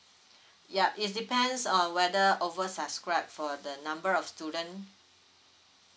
yup it depends on whether over subscribe for the number of student